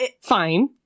Fine